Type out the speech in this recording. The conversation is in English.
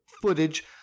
footage